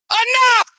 Enough